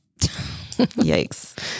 Yikes